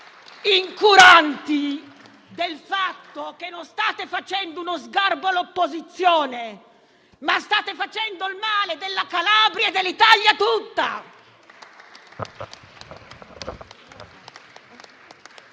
incuranti del fatto che non state facendo uno sgarbo all'opposizione, ma state facendo il male della Calabria e dell'Italia tutta.